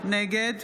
נגד